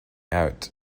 out